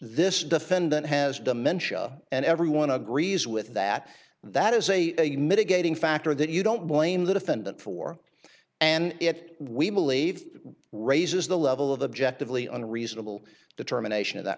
this defendant has dementia and everyone agrees with that that is a mitigating factor that you don't blame the defendant for and it we believe raises the level of objectively unreal a little determination in that